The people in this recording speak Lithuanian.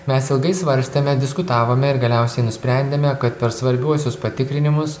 mes ilgai svarstėme diskutavome ir galiausiai nusprendėme kad per svarbiuosius patikrinimus